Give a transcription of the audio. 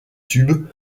tubes